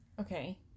Okay